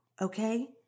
Okay